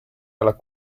alla